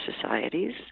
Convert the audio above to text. societies